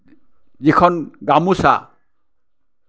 যিখন গামোচা